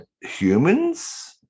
humans